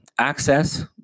access